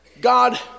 God